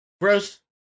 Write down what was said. Gross